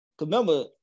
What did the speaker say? remember